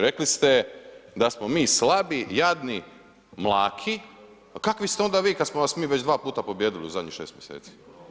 Rekli ste da smo mi slabi, jadni, mlaki, a kakvi ste onda vi kad smo vas mi već 2 puta pobijedili u zadnjih 6 mjeseci?